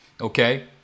Okay